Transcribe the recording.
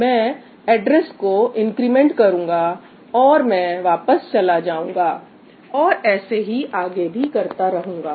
मैं एड्रेस को increment increment करूंगा और मैं वापस चला जाऊंगा और ऐसे ही आगे भी करता रहूंगा